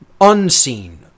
unseen